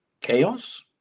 chaos